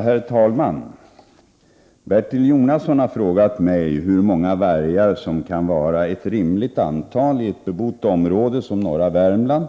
Herr talman! Bertil Jonasson har frågat mig hur många vargar som kan vara ett rimligt antal i ett bebott område som norra Värmland